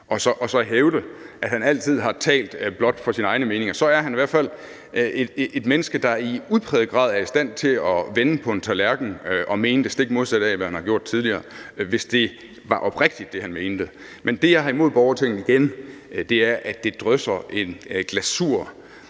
og så hævde, at han altid blot har talt ud fra sine egne meninger. Så er han i hvert fald et menneske, der i udpræget grad er i stand til at vende på en tallerken og mene det stik modsatte af, hvad han har gjort tidligere, hvis det var oprigtigt, det han mente. Men igen vil jeg sige, at det, jeg har imod borgertinget, er, at det drysser en glasur,